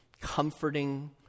comforting